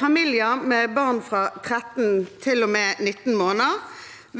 Familier med barn fra 13 til og med 19 måneder